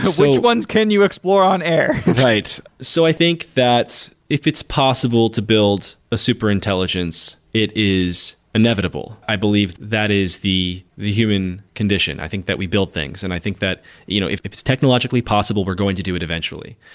which ones can you explore on air? right. so i think that if it's possible to build a super intelligence, it is inevitable. i believe that is the the human condition. i think that we build things and i think that you know if if it's technologically possible, we're going to do it eventually.